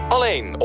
Alleen